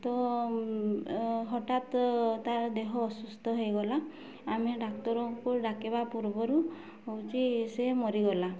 ତ ହଠାତ୍ ତା ଦେହ ଅସୁସ୍ଥ ହେଇଗଲା ଆମେ ଡାକ୍ତରଙ୍କୁ ଡାକିବା ପୂର୍ବରୁ ହେଉଛି ସେ ମରିଗଲା